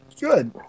Good